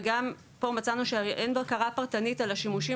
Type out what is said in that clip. וגם פה מצאנו שאין בקרה פרטנית על השימושים